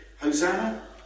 Hosanna